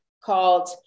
called